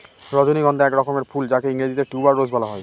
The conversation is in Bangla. রজনীগন্ধা এক রকমের ফুল যাকে ইংরেজিতে টিউবার রোজ বলা হয়